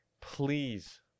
Please